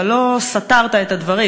אבל לא סתרת את הדברים.